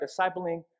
discipling